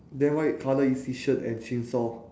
then white colour is his shirt and chainsaw